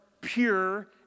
pure